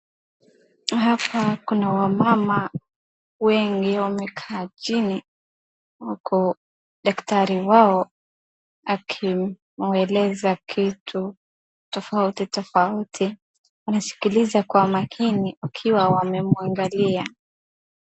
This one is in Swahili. Hapa kuna wamama wengi wamekaa chini, daktari wao akiwaeleza vitu tofauti tofauti. Wanasikiza kwa makini wakiwa wamemuangalia.